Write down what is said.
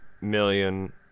million